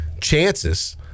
chances